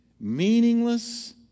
meaningless